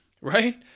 right